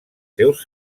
seus